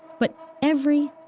but every,